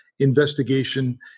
investigation